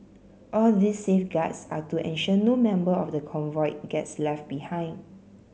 all these safeguards are to ensure no member of the convoy gets left behind